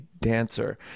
dancer